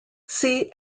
see